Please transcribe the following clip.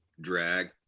drag